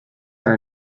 are